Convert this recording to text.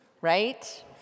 right